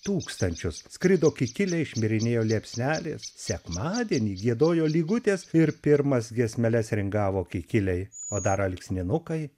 tūkstančius skrido kikiliai šmirinėjo liepsnelės sekmadienį giedojo lygutės ir pirmas giesmeles ringavo kikiliai o dar alksninukai